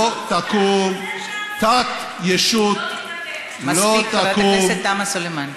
מספיק, חברת הכנסת תומא סלימאן,